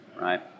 right